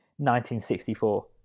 1964